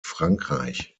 frankreich